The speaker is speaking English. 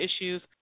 issues